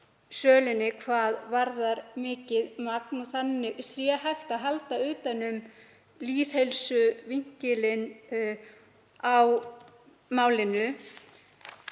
sölunni hvað varðar mikið magn og þannig væri hægt að halda utan um lýðheilsuvinkilinn á málinu.